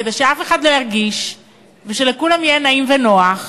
כדי שאף אחד לא ירגיש ושלכולם יהיה נעים ונוח,